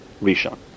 Rishon